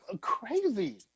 Crazy